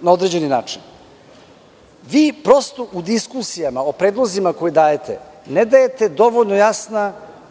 na određeni način.U diskusijama, o predlozima koje dajete ne dajete dovoljno jasna